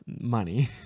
Money